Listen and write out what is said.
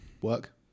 Work